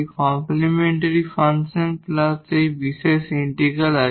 complementary function plus এই বিশেষ integral আছে